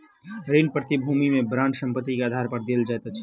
ऋण प्रतिभूति में बांड संपत्ति के आधार पर देल जाइत अछि